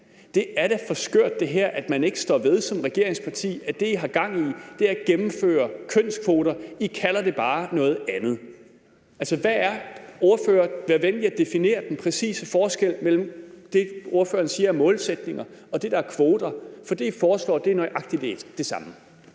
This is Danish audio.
Det er da for skørt, at man som regeringsparti ikke står ved, at det, man har gang i, er at gennemføre kønskvoter. I kalder det bare noget andet. Vær venlig at definere den præcise forskel mellem det, ordføreren siger er målsætninger, og det, der er kvoter, for det, I foreslår, er nøjagtig det samme.